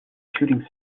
shooting